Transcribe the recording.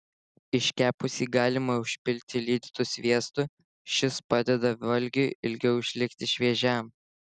iškepusį galima užpilti lydytu sviestu šis padeda valgiui ilgiau išlikti šviežiam